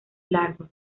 largos